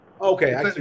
Okay